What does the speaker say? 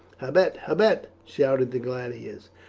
habet, habet! shouted the gladiators,